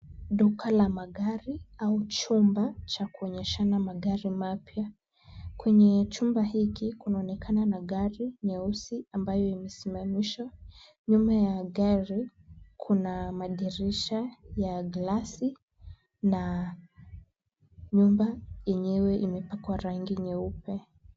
Duka la magari au chumba cha kuonyeshana magari mapya. Kwenye chumba hiki kunaonekana magari nyeusi ambayo yamesimamishwa. Nyuma ya gari kuna madirisha ya glasi na nyumba yenyewe imepakwa rangi nyeupe.